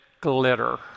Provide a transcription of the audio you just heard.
glitter